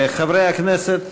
חברי הכנסת,